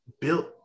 built